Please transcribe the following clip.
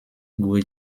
guo